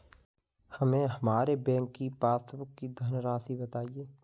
हमें हमारे बैंक की पासबुक की धन राशि बताइए